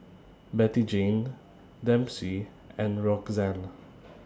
Bettyjane Dempsey and Roxann